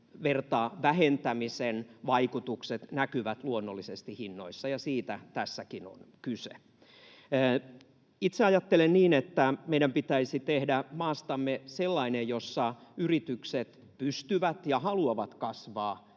vertaa vähentämiseen — vaikutukset näkyvät luonnollisesti hinnoissa, ja siitä tässäkin on kyse. Itse ajattelen niin, että meidän pitäisi tehdä maastamme sellainen, jossa yritykset pystyvät ja haluavat kasvaa.